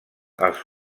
els